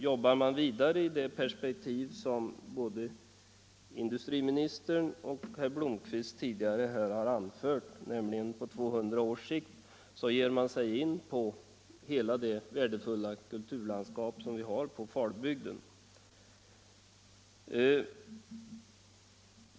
Jobbar man vidare i det perspektiv som både industriministern och herr Blomkvist tidigare anfört, nämligen på 200 års sikt, ger man sig på hela det värdefulla kulturlandskap som vi har i Falbygden.